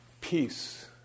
Peace